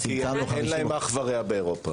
אין להם אח ורע באירופה.